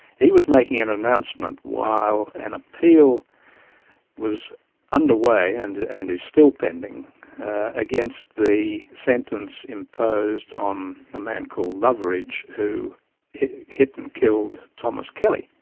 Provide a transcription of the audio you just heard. he was making an announcement while an appeal was underway and and is still pending against the sentence imposed on a man called loveridge who hit hit and killed thomas kelly.